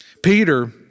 Peter